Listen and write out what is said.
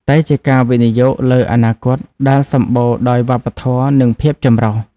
តែជាការវិនិយោគលើអនាគតដែលសម្បូរដោយវប្បធម៌និងភាពចម្រុះ។